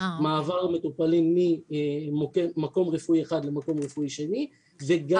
מעבר ממקום רפואי אחד למקום רפואי שני וגם למענה